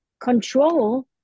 control